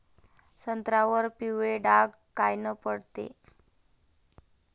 संत्र्यावर पिवळे डाग कायनं पडते?